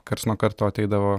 karts nuo karto ateidavo